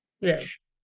Yes